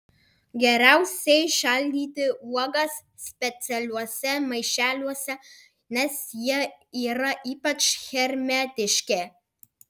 geriausiai šaldyti uogas specialiuose maišeliuose nes jie yra ypač hermetiški